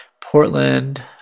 Portland